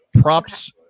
Props